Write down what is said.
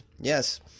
Yes